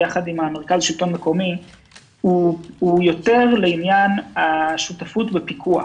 הוא יותר לעניין השותפות בפיקוח